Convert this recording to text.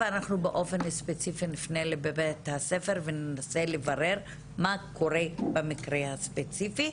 ואנחנו באופן ספציפי נפנה לבית הספר וננסה לברר מה קורה במקרה שלך,